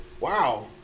wow